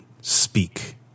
speak